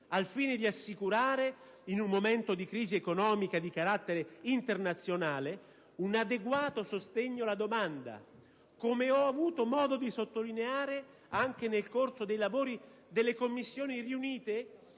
al fine di assicurare, in un momento di crisi economica di carattere internazionale, un adeguato sostegno alla domanda. Come ho avuto modo di sottolineare anche nel corso dei lavori delle Commissioni riunite,